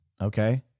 okay